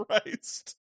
Christ